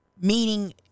meaning